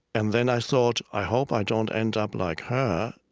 and then i thought, i hope i don't end up like her,